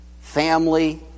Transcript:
family